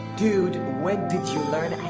dude, when did you learn